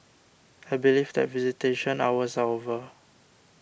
I believe that visitation hours are over